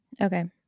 Okay